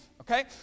okay